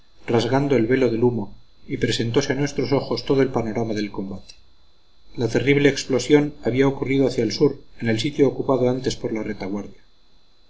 rasgando el velo de humo y presentose a nuestros ojos todo el panorama del combate la terrible explosión había ocurrido hacia el sur en el sitio ocupado antes por la retaguardia